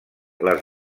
les